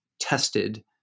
tested